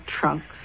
trunks